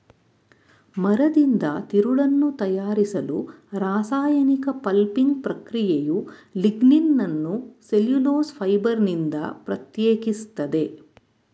ಮರದಿಂದ ತಿರುಳನ್ನು ತಯಾರಿಸಲು ರಾಸಾಯನಿಕ ಪಲ್ಪಿಂಗ್ ಪ್ರಕ್ರಿಯೆಯು ಲಿಗ್ನಿನನ್ನು ಸೆಲ್ಯುಲೋಸ್ ಫೈಬರ್ನಿಂದ ಪ್ರತ್ಯೇಕಿಸ್ತದೆ